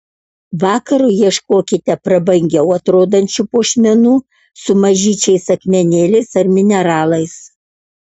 vakarui ieškokite prabangiau atrodančių puošmenų su mažyčiais akmenėliais ar mineralais